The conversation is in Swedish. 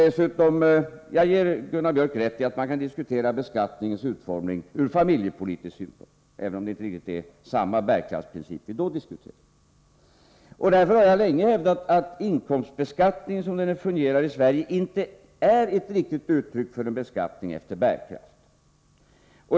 Dessutom ger jag Gunnar Biörck rätt i att man kan diskutera beskattningens utformning ur familjepolitisk synpunkt, även om det inte är riktigt samma bärkraftsprincip vi då diskuterar. Därför har jag länge hävdat att inkomstbeskattningen som den fungerar i Sverige inte är ett riktigt uttryck för en beskattning efter bärkraft.